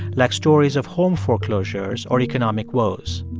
like stories of home foreclosures or economic woes.